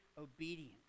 obedience